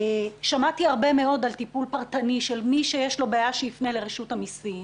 שמעתי הרבה מאוד על טיפול פרטני של מי שיש לו בעיה שיפנה לרשות המיסים.